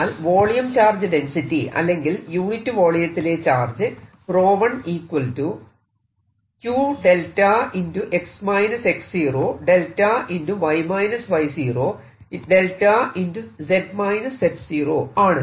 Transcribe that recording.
എന്നാൽ volume charge density അല്ലെങ്കിൽ unit വോളിയത്തിലെ ചാർജ് ആണ്